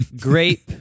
grape